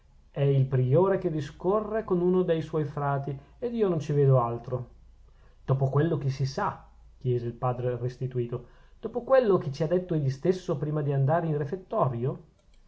è il priore che discorre con uno dei suoi frati ed io non ci vedo altro dopo quello che si sa chiese il padre restituto dopo quello che ci ha detto egli stesso prima di andare in refettorio